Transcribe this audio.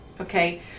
okay